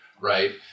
right